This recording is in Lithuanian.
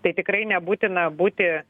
tai tikrai nebūtina būti